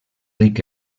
ric